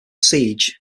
siege